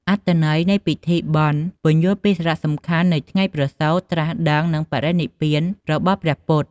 អត្ថន័យនៃពិធីបុណ្យ ពន្យល់ពីសារៈសំខាន់នៃថ្ងៃប្រសូត ត្រាស់ដឹង និងបរិនិព្វានរបស់ព្រះពុទ្ធ។